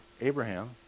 Abraham